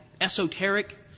esoteric